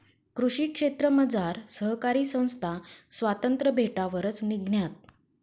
कृषी क्षेत्रमझार सहकारी संस्था स्वातंत्र्य भेटावरच निंघण्यात